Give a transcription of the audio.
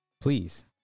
Please